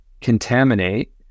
contaminate